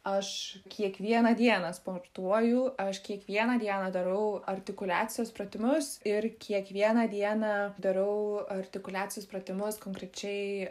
aš kiekvieną dieną sportuoju aš kiekvieną dieną darau artikuliacijos pratimus ir kiekvieną dieną darau artikuliacijos pratimus konkrečiai